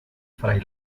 fray